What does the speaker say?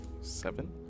Seven